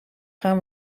gaan